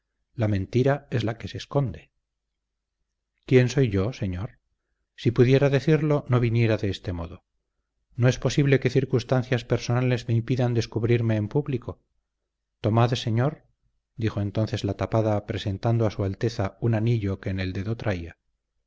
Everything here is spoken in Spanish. la mentira es la que se esconde quién yo soy señor si pudiera decirlo no viniera de este modo no es posible que circunstancias personales me impidan descubrirme en público tomad señor dijo entonces la tapada presentando a su alteza un anillo que en el dedo traía